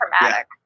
traumatic